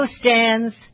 Stands